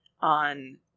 on